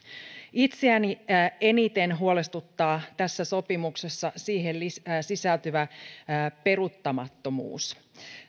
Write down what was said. itseäni eniten huolestuttaa tässä sopimuksessa siihen sisältyvä peruuttamattomuus